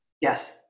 Yes